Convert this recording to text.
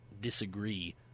disagree